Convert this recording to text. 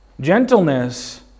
Gentleness